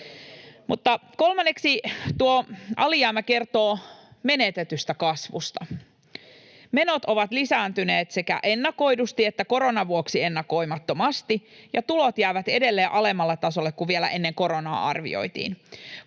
kolmanneksi tuo alijäämä kertoo menetetystä kasvusta. Menot ovat lisääntyneet sekä ennakoidusti että koronan vuoksi ennakoimattomasti, ja tulot jäävät edelleen alemmalle tasolle kuin vielä ennen koronaa arvioitiin.